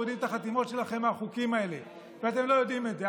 מורידים את החתימות שלכם מהחוקים האלה ואתם לא יודעים את זה.